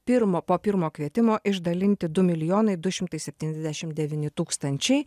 pirmo po pirmo kvietimo išdalinti du milijonai du šimtai septyniasdešim devyni tūkstančiai